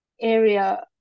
area